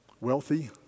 wealthy